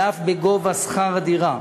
ואף בגובה שכר הדירה.